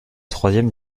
troisième